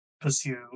pursue